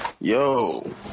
yo